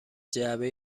جعبه